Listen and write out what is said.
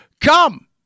Come